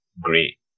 great